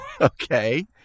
okay